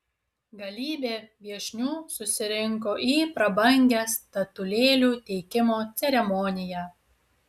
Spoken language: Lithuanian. galybė viešnių susirinko į prabangią statulėlių teikimo ceremoniją